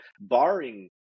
barring